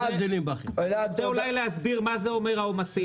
אני רוצה אולי להסביר מה זה אומר העומסים.